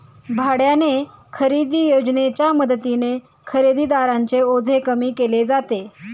भाड्याने खरेदी योजनेच्या मदतीने खरेदीदारांचे ओझे कमी केले जाते